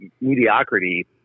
mediocrity